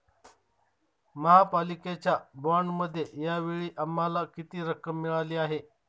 महापालिकेच्या बाँडमध्ये या वेळी आम्हाला किती रक्कम मिळाली आहे?